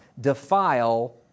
defile